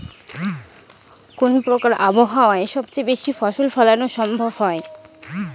কোন প্রকার আবহাওয়ায় সবচেয়ে বেশি ফসল ফলানো সম্ভব হয়?